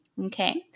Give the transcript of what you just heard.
okay